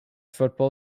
football